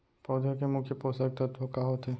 पौधे के मुख्य पोसक तत्व का होथे?